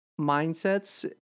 mindsets